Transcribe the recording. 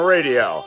Radio